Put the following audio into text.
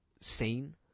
scene